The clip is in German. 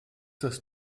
das